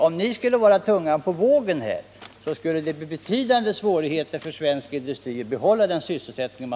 Om ni var tungan på vågen, skulle det bli betydande svårigheter för svensk industri att upprätthålla den nuvarande sysselsättningen.